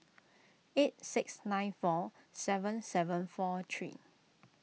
eight six nine four seven seven four three